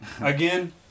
Again